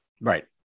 Right